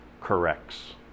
corrects